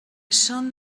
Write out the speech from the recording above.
són